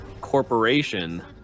corporation